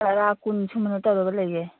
ꯇꯔꯥ ꯀꯨꯟ ꯁꯨꯃꯥꯏꯅ ꯇꯧꯔꯒ ꯂꯩꯌꯦ